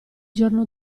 giorno